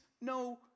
no